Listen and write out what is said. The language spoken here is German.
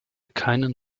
keinen